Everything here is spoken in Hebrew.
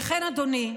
לכן, אדוני,